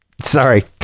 Sorry